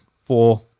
four